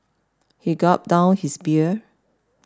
he gulped down his beer